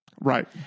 Right